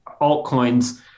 altcoins